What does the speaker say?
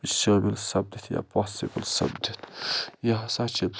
شٲمِل سَپدِتھ یا پاسِبُل سَپدِتھ یہِ ہسا چھِ